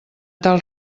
tal